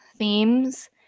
themes